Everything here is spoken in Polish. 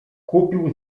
kupił